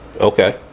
Okay